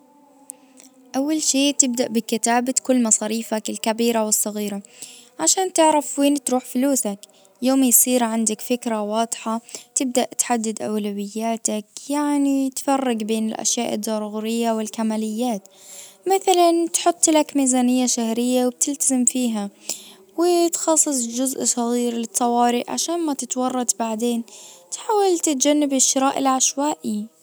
اول شيء تبدأ بكتابة كل مصاريفك الكبيرة والصغيرة. عشان تعرف وين تروح فلوسك. يوم يصير عندك فكرة واضحة. تبدأ تحدد اولوياتك. يعني تفرج بين الاشياء الضرورية والكماليات مثلا تحط لك ميزانية شهرية وبتلتزم فيها وتخصص جزء صغير للطوارئ عشان ما تتورط بعدين تحاول تتجنب الشراء العشوائي.